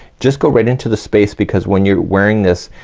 just go right into the space, because when you're wearing this,